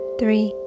three